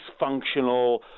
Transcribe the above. dysfunctional